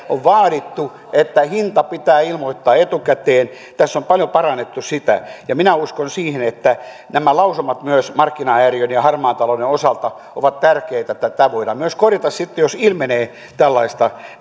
on vaadittu että hinta pitää ilmoittaa etukäteen tässä on paljon parannettu sitä ja minä uskon siihen että nämä lausumat myös markkinahäiriöiden ja harmaan talouden osalta ovat tärkeitä voidaan myös korjata se jos ilmenee tällaista